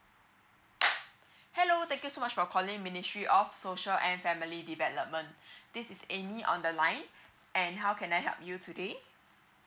hello thank you so much for calling ministry of social and family development this is amy on the line and how can I help you today